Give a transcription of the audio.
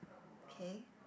okay